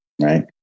right